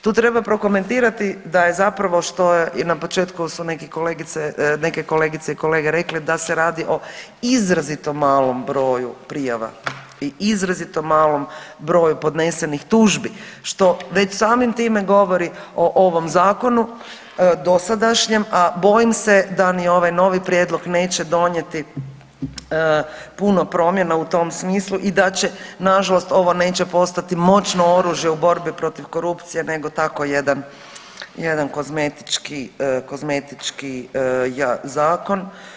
Tu treba prokomentirati da je zapravo što je i na početku su neke kolegice i kolege rekli da se radi o izrazito malom broju prijavu i izrazito malom broju podnesenih tužbi što već samim time govori o ovom zakonu dosadašnjem, a bojim se da ni ovaj n ovi prijedlog neće donijeti puno promjena u tom smislu i da na žalost ovo neće postati moćno oružje u borbi protiv korupcije nego tako jedan kozmetički zakon.